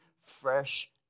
fresh